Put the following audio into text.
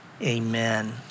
amen